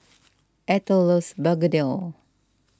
Ethyl loves Begedil